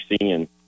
seeing